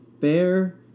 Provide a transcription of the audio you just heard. Fair